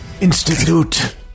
Institute